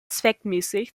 zweckmäßig